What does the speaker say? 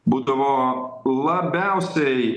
būdavo labiausiai